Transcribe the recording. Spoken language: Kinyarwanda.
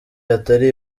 atari